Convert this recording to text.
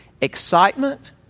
Excitement